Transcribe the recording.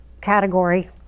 category